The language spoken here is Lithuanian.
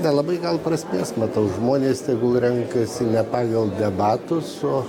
nelabai gal prasmės matau žmonės tegul renkasi ne pagal debatus o